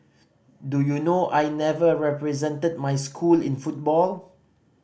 do you know I never represented my school in football